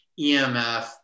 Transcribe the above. EMF